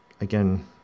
again